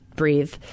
breathe